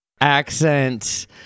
accent